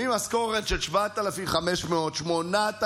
משכורת של עוד 1,000